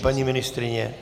Paní ministryně?